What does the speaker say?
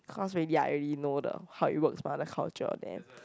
cause already I already know the how it works but the culture there